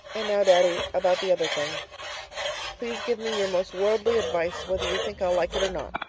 and now, daddy, about the other thing please give me your most worldly advice, whether you think i'll like it or not.